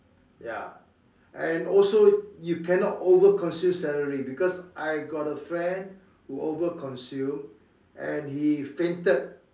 ya and also you cannot over consume celery because I got a friend who over consume and he fainted